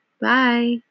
Bye